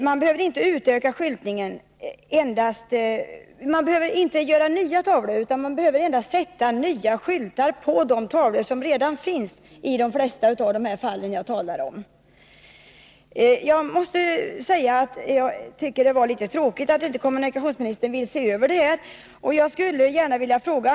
Man behöver inte göra några nya tavlor utan endast sätta nya skyltar på de tavlor som redan finns i de flesta av de fall som jag talar om. Jag måste säga att jag tycker det var tråkigt att kommunikationsministern inte vill se över den här frågan.